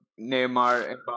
Neymar